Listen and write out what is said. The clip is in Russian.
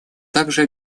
также